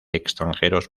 extranjeros